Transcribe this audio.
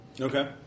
Okay